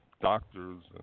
doctors